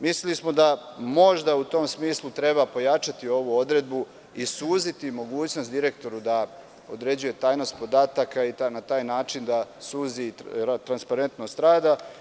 Mislili smo da možda u tom smislu treba pojačati ovu odredbu i suziti mogućnost direktoru da određuje tajnost podataka i na taj način da suzi transparentnost rada.